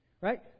right